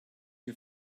you